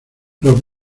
los